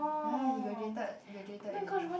!huh! you graduated you graduated already